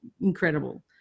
incredible